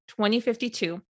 2052